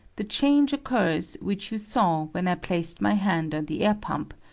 the change occurs which you saw when i placed my hand on the air-pump,